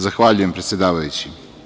Zahvaljujem predsedavajući.